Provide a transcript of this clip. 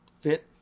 fit